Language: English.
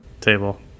table